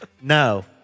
No